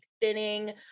thinning